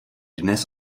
dnes